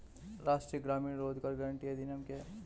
राष्ट्रीय ग्रामीण रोज़गार गारंटी अधिनियम क्या है?